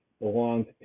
belonged